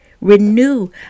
Renew